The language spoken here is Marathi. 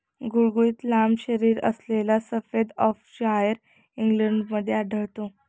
गुळगुळीत लांब शरीरअसलेला सफेद यॉर्कशायर इंग्लंडमध्ये आढळतो